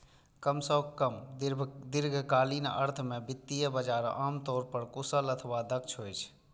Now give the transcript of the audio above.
कम सं कम दीर्घकालीन अर्थ मे वित्तीय बाजार आम तौर पर कुशल अथवा दक्ष होइ छै